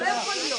זה לא יכול להיות.